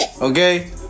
Okay